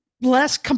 Less